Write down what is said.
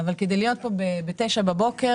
אבל כדי להיות פה בתשע בבוקר,